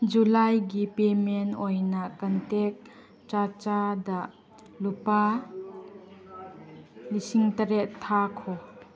ꯖꯨꯂꯥꯏꯒꯤ ꯄꯦꯃꯦꯟ ꯑꯣꯏꯅ ꯀꯟꯇꯦꯛ ꯆꯥꯆꯥꯗ ꯂꯨꯄꯥ ꯂꯤꯁꯤꯡ ꯇꯔꯦꯠ ꯊꯥꯈꯣ